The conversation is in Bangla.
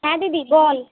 হ্যাঁ দিদি বল